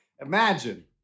imagine